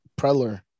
Preller